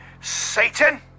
Satan